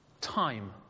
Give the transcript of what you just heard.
Time